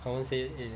confirm say eh